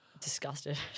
Disgusted